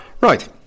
Right